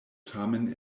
tamen